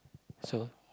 so